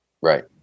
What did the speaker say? Right